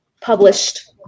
published